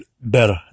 better